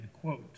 quote